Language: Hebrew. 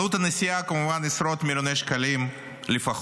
עלות הנסיעה, כמובן, עשרות מיליוני שקלים לפחות.